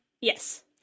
Yes